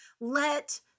let